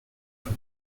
veut